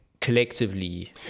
collectively